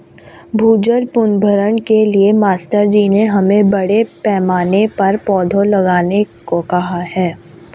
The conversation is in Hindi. भूजल पुनर्भरण के लिए मास्टर जी ने हमें बड़े पैमाने पर पौधे लगाने को कहा है